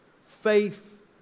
faith